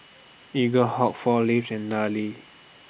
Eaglehawk four Leaves and Darlie